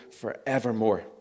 forevermore